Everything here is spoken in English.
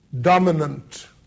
dominant